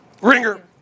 Ringer